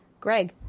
Greg